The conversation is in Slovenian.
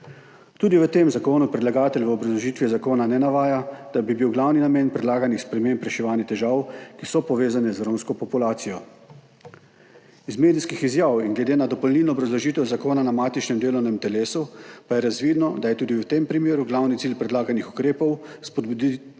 Tudi v tem zakonu predlagatelj v obrazložitvi zakona ne navaja, da bi bil glavni namen predlaganih sprememb reševanje težav, ki so povezane z romsko populacijo. Iz medijskih izjav in glede na dopolnilno obrazložitev zakona na matičnem delovnem telesu pa je razvidno, da je tudi v tem primeru glavni cilj predlaganih ukrepov spodbuditi